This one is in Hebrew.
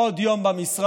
עוד יום במשרד,